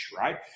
right